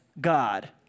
God